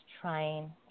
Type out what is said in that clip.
trying